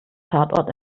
tatort